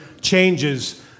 changes